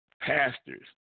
pastors